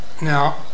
Now